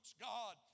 God